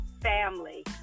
family